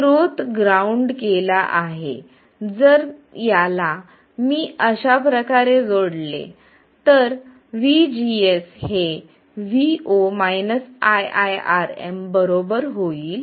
स्रोत ग्राउंड केला आहे जर याला मी अशाप्रकारे जोडले तर vgs हे vo iiRm बरोबर होईल